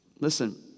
Listen